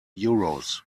euros